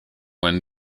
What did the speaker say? when